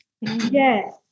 Yes